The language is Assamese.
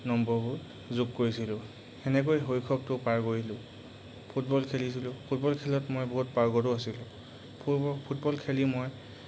নম্বৰবোৰ যোগ কৰিছিলোঁ সেনেকৈ শৈশৱটো পাৰ কৰিলোঁ ফুটবল খেলিছিলোঁ ফুটবল খেলত মই বহুত পাৰ্গতো আছিলোঁ ফুটবল খেলি মই